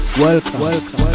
welcome